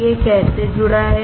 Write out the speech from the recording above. यह कैसे जुड़ा है